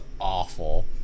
awful